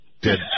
Dead